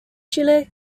chile